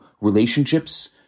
relationships